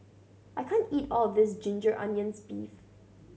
I can't eat all of this ginger onions beef